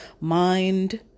mind